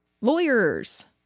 lawyers